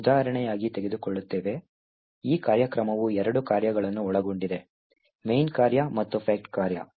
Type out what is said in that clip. ನಾವು ಉದಾಹರಣೆಯಾಗಿ ತೆಗೆದುಕೊಳ್ಳುತ್ತೇವೆ ಈ ಕಾರ್ಯಕ್ರಮವು ಎರಡು ಕಾರ್ಯಗಳನ್ನು ಒಳಗೊಂಡಿದೆ main ಕಾರ್ಯ ಮತ್ತು fact ಕಾರ್ಯ